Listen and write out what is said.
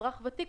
אזרח ותיק,